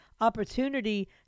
opportunity